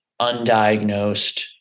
undiagnosed